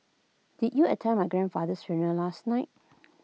did you attend my grandfather's funeral last night